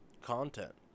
content